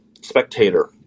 spectator